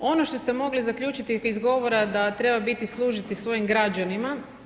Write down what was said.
Ono što ste mogli zaključiti iz tih govora, da treba biti i služiti svojim građanima.